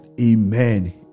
Amen